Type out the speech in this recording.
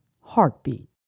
heartbeat